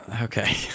Okay